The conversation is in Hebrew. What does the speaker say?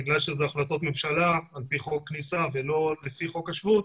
בגלל שאלה החלטות ממשלה על פי חוק כניסה ולא לפי חוק השבות,